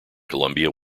colombia